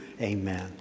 amen